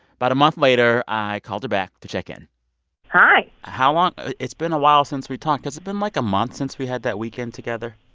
about a month later, i called her back to check in hi how long it's been a while since we talked. has it been, like, a month since we had that weekend together?